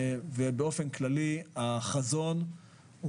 באופן כללי החזון הוא